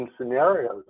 scenarios